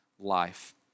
life